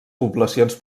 poblacions